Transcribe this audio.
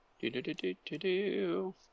Do-do-do-do-do-do